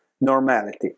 normality